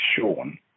Sean